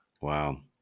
Wow